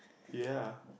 ye